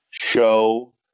show